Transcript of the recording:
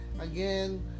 Again